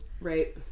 Right